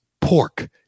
pork